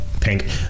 pink